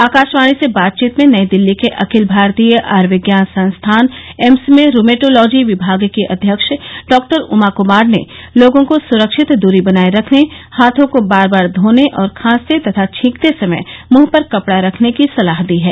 आकाशवाणी से बातचीत में नई दिल्ली के अखिल भारतीय आयुर्विज्ञान संस्थान एम्स में रूमैटोलॉजी विभाग की अध्यक्ष डॉक्टर उमा कुमार ने लोगों को सुरक्षित दूरी बनाए रखने हाथों को बार बार धोने और खांसते तथा छींकते समय मुंह पर कपडा रखने की सलाह दी है